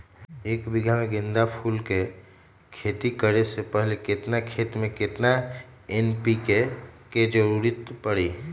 एक बीघा में गेंदा फूल के खेती करे से पहले केतना खेत में केतना एन.पी.के के जरूरत परी?